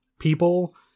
people